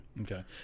Okay